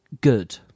good